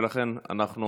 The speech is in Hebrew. ולכן, אנחנו